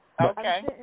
Okay